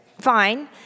Fine